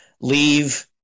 leave –